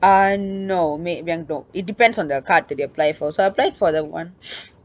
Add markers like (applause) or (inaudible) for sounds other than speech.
ah no maybank no it depends on the card that you apply for so I applied for the one (noise)